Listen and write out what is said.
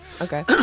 Okay